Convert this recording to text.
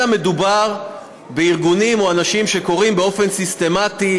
אלא מדובר בארגונים או באנשים שקוראים באופן סיסטמטי,